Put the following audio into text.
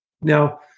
Now